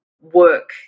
work